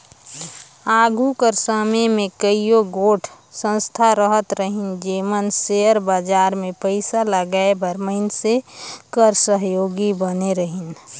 आघु कर समे में कइयो गोट संस्था रहत रहिन जेमन सेयर बजार में पइसा लगाए बर मइनसे कर सहयोगी बने रहिन